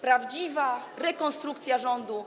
Prawdziwa rekonstrukcja rządu.